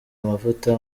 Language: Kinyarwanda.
amavuta